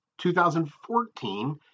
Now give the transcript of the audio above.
2014